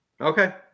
okay